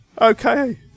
okay